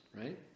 right